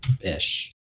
Ish